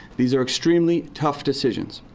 these are extremely tough decisions,